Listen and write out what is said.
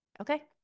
Okay